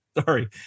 Sorry